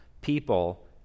people